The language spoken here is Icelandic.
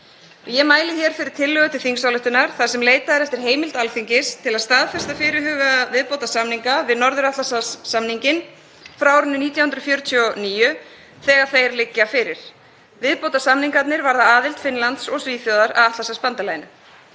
Ég mæli hér fyrir tillögu til þingsályktunar þar sem leitað er eftir heimild Alþingis til að staðfesta fyrirhugaða viðbótarsamninga við Norður-Atlantshafssamninginn frá árinu 1949 þegar þeir liggja fyrir. Viðbótarsamningarnir varða aðild Finnlands og Svíþjóðar að Atlantshafsbandalaginu.